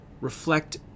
reflect